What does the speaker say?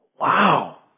Wow